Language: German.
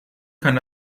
kann